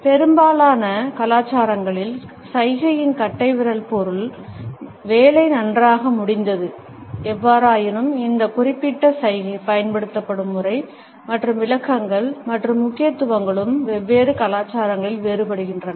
பெரும்பாலான கலாச்சாரங்களில் சைகையின் கட்டைவிரல் பொருள் வேலை நன்றாக முடிந்தது எவ்வாறாயினும் இந்த குறிப்பிட்ட சைகை பயன்படுத்தப்படும் முறை மற்றும் விளக்கங்கள் மற்றும் முக்கியத்துவங்களும் வெவ்வேறு கலாச்சாரங்களில் வேறுபடுகின்றன